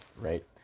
right